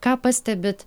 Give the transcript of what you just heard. ką pastebit